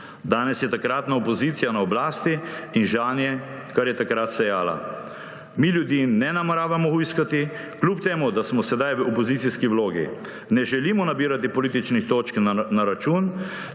Danes je takratna opozicija na oblasti in žanje, kar je takrat sejala. Mi ljudi ne nameravamo hujskati, kljub temu da smo sedaj v opozicijski vlogi. Ne želimo nabirati političnih točk na ta račun,